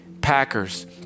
Packers